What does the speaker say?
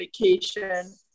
vacation